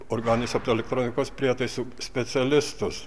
organinės optoelektronikos prietaisų specialistus